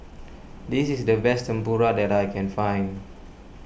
this is the best Tempura that I can find